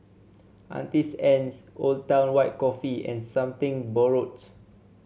Auntie's Anne's Old Town White Coffee and Something Borrowed